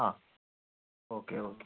ആ okay okay